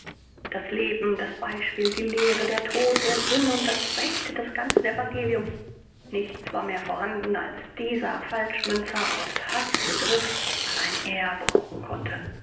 das leben das beispiel die lehre der tod der sinn und das recht des ganzen evangeliums nichts war mehr vorhanden als dieser falschmünzer aus haß begriff was allein er brauchen konnte